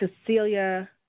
Cecilia